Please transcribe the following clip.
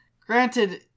Granted